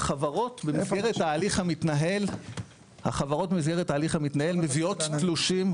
החברות במסגרת ההליך המתנהל מביאות תלושים,